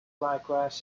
likewise